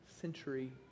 century